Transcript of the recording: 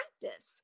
practice